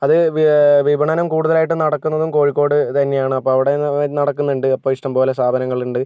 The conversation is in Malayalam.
അത് വി വിപണനം കൂടുതലായിട്ടും നടക്കുന്നതും കോഴിക്കോട് തന്നെയാണ് അപ്പം അവിടെ നടക്കുന്നുണ്ട് അപ്പോ ഇഷ്ട്ടം പോലെ സ്ഥാപനങ്ങളുണ്ട്